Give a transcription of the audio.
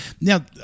now